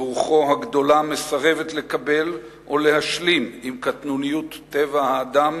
רוחו הגדולה מסרבת לקבל או להשלים עם קטנוניות טבע האדם